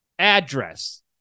address